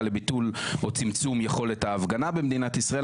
לביטול או צמצום יכולת ההפגנה במדינת ישראל,